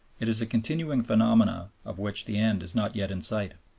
it is a continuing phenomenon of which the end is not yet in sight.